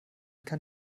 kann